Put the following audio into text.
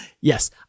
Yes